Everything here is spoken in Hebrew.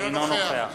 אינו נוכח